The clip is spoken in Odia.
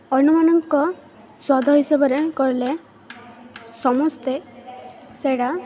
ଅନ୍ୟମାନଙ୍କ ସ୍ୱାଦ ହିସାବରେ କଲେେ ସମସ୍ତେ ସେଇଟା